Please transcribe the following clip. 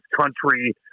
country